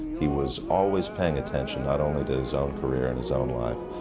he was always paying attention not only to his own career and his own life,